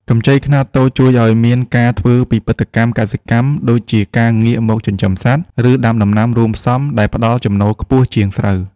កម្ចីខ្នាតតូចជួយឱ្យមានការធ្វើពិពិធកម្មកសិកម្ម ដូចជាការងាកមកចិញ្ចឹមសត្វ ឬដាំដំណាំរួមផ្សំដែលផ្ដល់ចំណូលខ្ពស់ជាងស្រូវ។